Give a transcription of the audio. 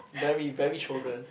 very very children